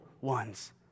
ones